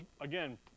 again